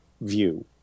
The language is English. view